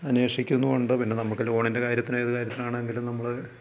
അന്വേഷിക്കുന്നുവുണ്ട് പിന്നെ നമുക്ക് ലോണിൻ്റെ കാര്യത്തിനും ഏത് കാര്യത്തിനാണെങ്കിലും നമ്മൾ